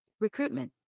recruitment